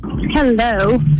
hello